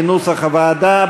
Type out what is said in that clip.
כנוסח הוועדה,